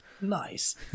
Nice